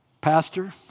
Pastor